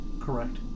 correct